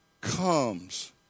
comes